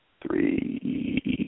three